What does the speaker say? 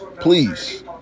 Please